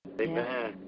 Amen